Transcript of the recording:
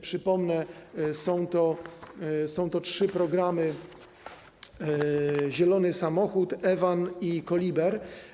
Przypomnę, że są to trzy programy: „Zielony samochód”, „eVAN” i „Koliber”